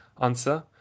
answer